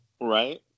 Right